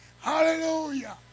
Hallelujah